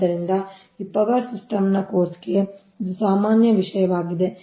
ಆದ್ದರಿಂದ ಈ power system course ಗೆ ಇವು ಸಾಮಾನ್ಯ ವಿಷಯವಾಗಿದೆ